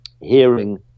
hearing